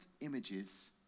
images